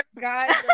guys